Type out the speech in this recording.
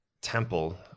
temple